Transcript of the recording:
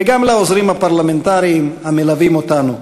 וגם לעוזרים הפרלמנטריים המלווים אותנו.